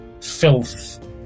filth